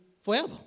forever